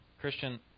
Christian